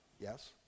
Yes